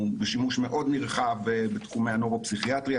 הוא בשימוש מאוד נרחב בתחומי הנוירו-פסיכיאטריה,